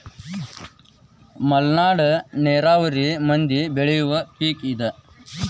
ಮಲ್ನಾಡ ನೇರಾವರಿ ಮಂದಿ ಬೆಳಿಯುವ ಪಿಕ್ ಇದ